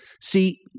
See